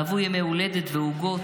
אהבו ימי הולדת ועוגות,